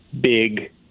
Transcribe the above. big